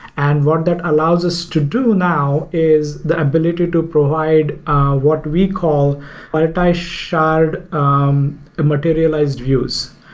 and what that allows us to do now is the ability to provide what we call multi-shard um materialized views.